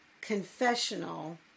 confessional